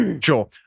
Sure